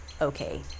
okay